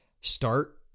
start